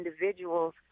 individuals